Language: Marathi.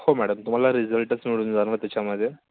हो मॅडम तुम्हाला रिझल्टच मिळून जाणार त्याच्यामध्ये